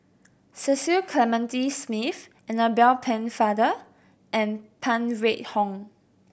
Cecil Clementi Smith Annabel Pennefather and Phan Wait Hong